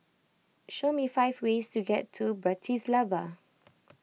show me five ways to get to Bratislava